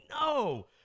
no